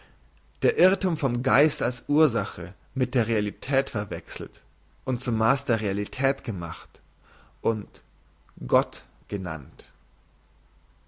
der irrthum vom geist als ursache mit der realität verwechselt und zum maass der realität gemacht und gott genannt